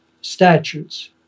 statutes